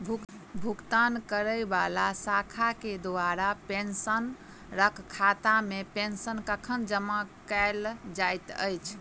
भुगतान करै वला शाखा केँ द्वारा पेंशनरक खातामे पेंशन कखन जमा कैल जाइत अछि